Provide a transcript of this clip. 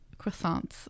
croissants